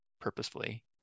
purposefully